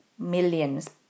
millions